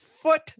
foot